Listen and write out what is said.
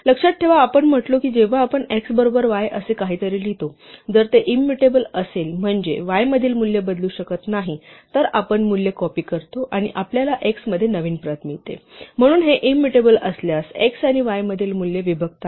लक्षात ठेवा आपण म्हटलो की जेव्हा आपण x बरोबर y असे काहीतरी लिहितो जर ते इंमुटेबल असेल म्हणजे y मधील मूल्य बदलू शकत नाही तर आपण मूल्य कॉपी करतो आणि आपल्याला x मध्ये नवीन प्रत मिळते म्हणून हे इंमुटेबल असल्यास x आणि y मधील मूल्य विभक्त आहेत